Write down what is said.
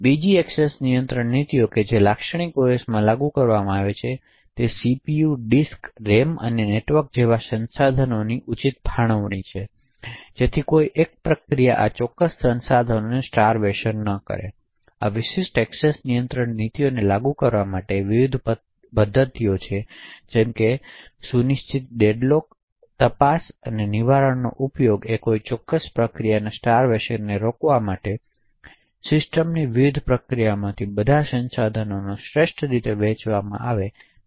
બીજી એક્સેસ નિયંત્રણ નીતિ કે જે લાક્ષણિક ઓએસમાં લાગુ કરવામાં આવે છે તે સીપીયુ ડિસ્ક રેમ અને નેટવર્ક જેવા સંસાધનોની ઉચિત ફાળવણી છે જેથી કોઈ એક પ્રક્રિયા કોઈ ચોક્કસ સંસાધનોની સ્ટારવેશન ન કરે આ વિશિષ્ટ એક્સેસ નિયંત્રણ નીતિને લાગુ કરવા માટે વિવિધ પદ્ધતિઓ જેમ કે સુનિશ્ચિત ડેડલોક તપાસ અને નિવારણનો ઉપયોગ કોઈ ચોક્કસ પ્રક્રિયાના સ્ટારવેશનને રોકવા માટે અને સિસ્ટમની વિવિધ પ્રક્રિયાઓમાં બધા સંસાધનો શ્રેષ્ઠ રીતે વહેંચવામાં આવે છે તેની ખાતરી કરવા માટે થાય છે